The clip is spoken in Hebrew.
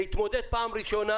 להתמודד פעם ראשונה